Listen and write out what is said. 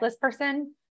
person